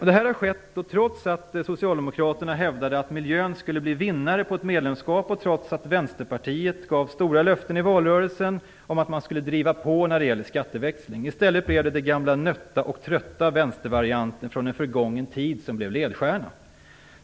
Detta har skett trots att Socialdemokraterna hävdade att miljön skulle bli vinnare på ett medlemskap och trots Vänsterpartiets stora löften i valrörelsen om att man skulle driva på när det gäller skatteväxling. I stället blev den gamla nötta och trötta vänstervarianten från en förgången tid ledstjärnan.